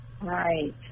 Right